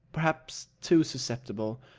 perhaps too susceptible,